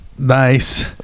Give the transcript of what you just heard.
Nice